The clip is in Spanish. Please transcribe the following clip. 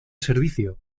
servicio